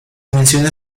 menciona